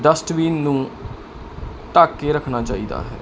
dustbin ਨੂੰ ਢੱਕ ਕੇ ਰੱਖਣਾ ਚਾਹੀਦਾ ਹੈ